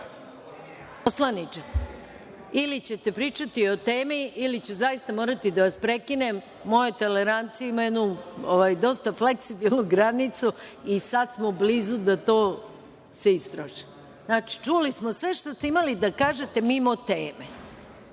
Poslaniče, ili ćete pričati o temi ili ću zaista morati da vas prekinem. Moja tolerancija ima jednu dosta fleksibilnu granicu i sad smo blizu da se to istroši. Znači, čuli smo sve što ste imali da kažete mimo teme,